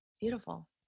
Beautiful